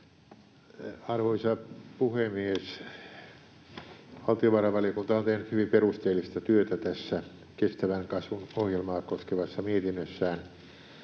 Arvoisa puhemies! Valtiovarainvaliokunta on tehnyt hyvin perusteellista työtä tässä kestävän kasvun ohjelmaa koskevassa mietinnössään.